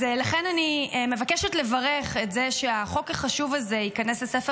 אז לכן אני מבקשת לברך את זה שהחוק החשוב הזה ייכנס לספר